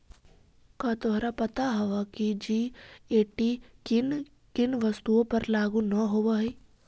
का तोहरा पता हवअ की जी.एस.टी किन किन वस्तुओं पर लागू न होवअ हई